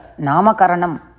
namakaranam